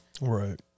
Right